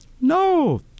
No